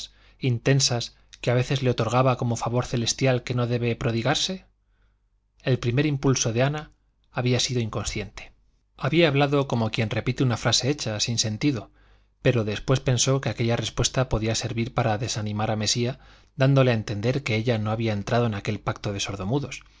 intensas que a veces le otorgaba como favor celestial que no debe prodigarse el primer impulso de ana había sido inconsciente había hablado como quien repite una frase hecha sin sentido pero después pensó que aquella respuesta podía servir para desanimar a mesía dándole a entender que ella no había entrado en aquel pacto de sordomudos